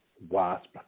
Wasp